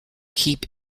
keep